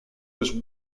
was